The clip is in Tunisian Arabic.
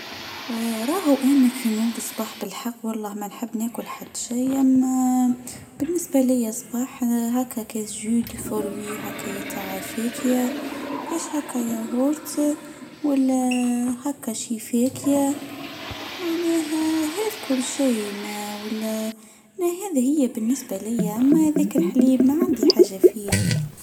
راهو أن كن كانو تصبح بالحق ، والله ما نحب ناكل حد شاي ، أما بالنسبه ليا صباح: هكا (كادجو ديفور وي) ،هكا (يتعا فيكيا ) ،هكا (يغورت )ولهكا (شيفكيا ) معناها هذا كل شاي ما هذا هي بالنسبه ليا ماذكر حليب ماعندي حاجه فيه.